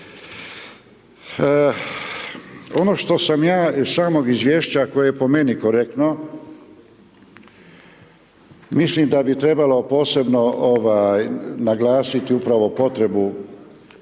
Ono što sam ja iz samog izvješća koje je po meni korektno, mislim da bi trebalo posebno naglasit upravo potrebu